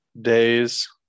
days